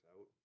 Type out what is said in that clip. out